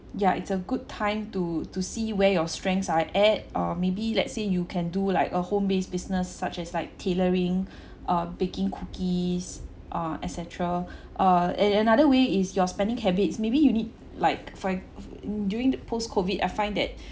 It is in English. yeah it's a good time to to see where your strengths are at uh maybe let's say you can do like a home based business such as like tailoring uh baking cookies uh et cetera uh and another way is your spending habits maybe you need like for at during the post COVID I find that